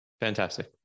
Fantastic